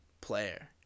player